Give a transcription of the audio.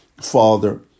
Father